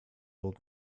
old